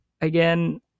again